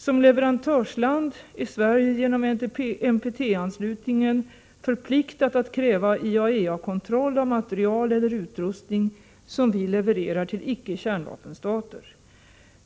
Som leverantörsland är Sverige genom NPT-anslutningen förpliktat att kräva IAEA-kontroll av material eller utrustning som vi levererar till icke-kärnvapenstater.